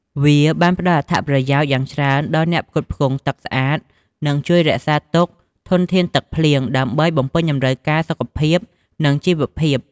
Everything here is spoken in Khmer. វាបានផ្តល់អត្ថប្រយោជន៍យ៉ាងច្រើនដល់ការផ្គត់ផ្គង់ទឹកស្អាត និងជួយរក្សាទុកធនធានទឹកភ្លៀង ដើម្បីបំពេញតម្រូវការសុខភាព និងជីវភាព។